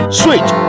sweet